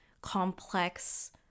complex